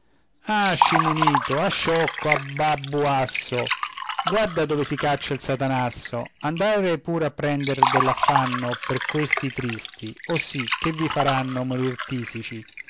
ah scimunito ah sciocco ah babbuasso guarda dove si caccia il satanasso andate pure a prender dell'affanno per questi tristi oh sì che vi faranno morir tisici